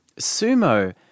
sumo